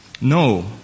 No